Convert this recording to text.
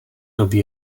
době